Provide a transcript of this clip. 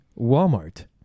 Walmart